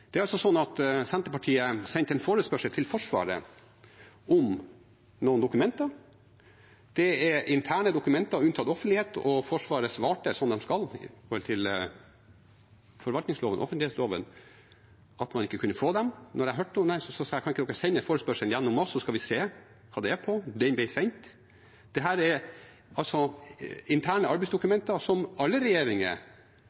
Det er altså slik at Senterpartiet sendte en forespørsel til Forsvaret om noen dokumenter. Dette er interne dokumenter unntatt offentlighet, og Forsvaret svarte som de skal i henhold til forvaltningsloven og offentligloven, at man ikke kunne få dem. Da jeg hørte om det, sa jeg: Kan ikke dere sende forespørselen gjennom oss, så skal vi se hva det er på? Den ble sendt. Dette er altså interne